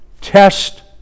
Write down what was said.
test